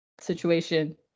situation